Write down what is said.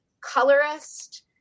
colorist